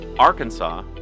Arkansas